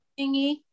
thingy